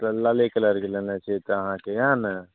तऽ लाले कलरके लेनाइ छै तऽ अहाँके इएह ने